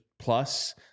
Plus